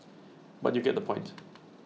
but you get the point